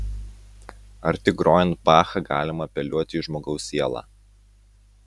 ar tik grojant bachą galima apeliuoti į žmogaus sielą